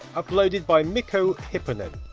uploaded by mikko hypponen.